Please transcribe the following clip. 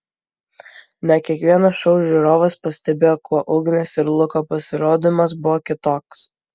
ne kiekvienas šou žiūrovas pastebėjo kuo ugnės ir luko pasirodymas buvo kitoks